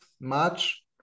March